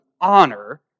honor